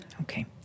Okay